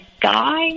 guy